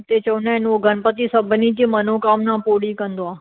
हुते चवंदा आहिनि उहो गणपति सभिनी जी मनोकामना पूरी कंदो आहे